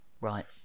Right